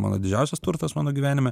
mano didžiausias turtas mano gyvenime